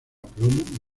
plomo